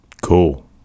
Cool